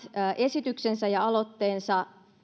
esityksensä ja aloitteensa